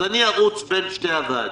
אני ארוץ בין שתי הוועדות.